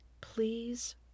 Please